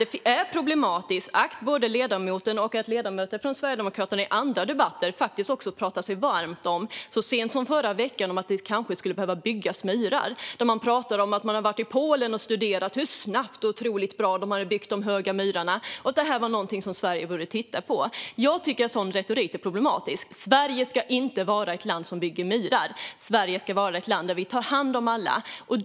Det är dock problematiskt att Adam Marttinen och andra ledamöter från Sverigedemokraterna i andra debatter pratar sig varma för att det skulle behöva byggas murar. Det kunde vi höra så sent som i förra veckan. Man talade om att man hade varit i Polen och studerat hur snabbt och bra de höga murarna hade byggts där, och detta menade man var något som Sverige borde titta på. Jag tycker att sådan retorik är problematisk. Sverige ska inte vara ett land som bygger murar. Sverige ska vara ett land där vi tar hand om alla.